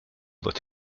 that